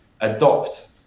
adopt